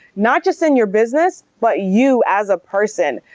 not just in your business but you as a person.